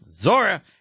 Zora